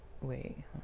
wait